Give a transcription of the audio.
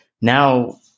now